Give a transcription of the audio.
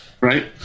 right